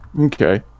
Okay